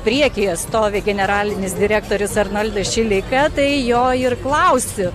priekyje stovi generalinis direktorius arnoldas šileika tai jo ir klausiu